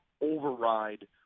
override